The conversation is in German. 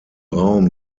raum